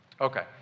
Okay